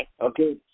Okay